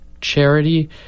charity